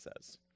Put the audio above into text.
says